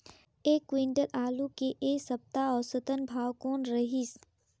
एक क्विंटल आलू के ऐ सप्ता औसतन भाव कौन रहिस?